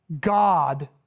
God